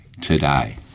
today